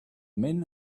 men